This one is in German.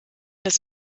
des